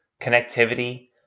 connectivity